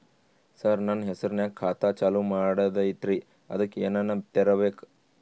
ಸರ, ನನ್ನ ಹೆಸರ್ನಾಗ ಖಾತಾ ಚಾಲು ಮಾಡದೈತ್ರೀ ಅದಕ ಏನನ ತರಬೇಕ?